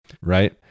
right